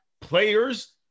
players